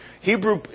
Hebrew